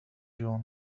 جون